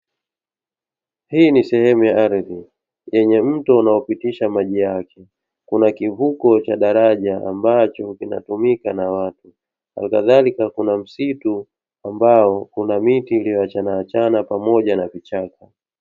Hii ni sehemu ya ardhi yenye mto unaopitisha maji yake. Kuna kivuko cha daraja ambacho kinatumika na watu, na kadhalika kuna msitu ambao una miti iliyoachana achana pamoja na vichaka.